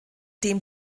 dem